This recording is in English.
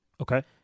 Okay